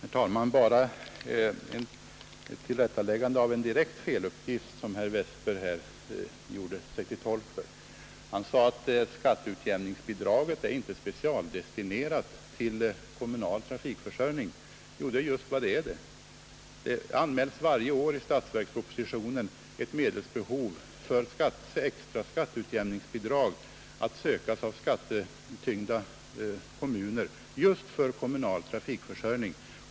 Herr talman! Bara ett tillrättaläggande av en direkt felaktig uppgift som herr Westberg i Ljusdal lämnade. Han sade att skatteutjämningsbidraget inte är specialdestinerat till kommunal trafikförsörjning. Jo, det är just vad det är! Varje år anmäls i statsverkspropositionen ett belopp för extra skatteutjämningsbidrag att sökas av skattetyngda kommuner just för kommunal trafikförsörjning.